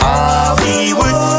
Hollywood